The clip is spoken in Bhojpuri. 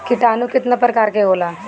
किटानु केतना प्रकार के होला?